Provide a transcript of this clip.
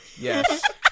Yes